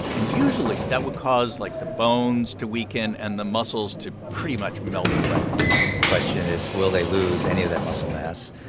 and usually, that would cause, like, the bones to weaken and the muscles to pretty much melt away question is, will they lose any of that muscle mass?